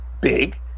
big